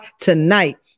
tonight